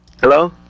Hello